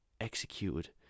executed